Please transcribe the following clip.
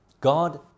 God